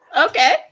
Okay